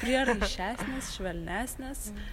prieraišesnės švelnesnės